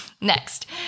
Next